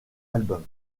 album